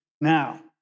Now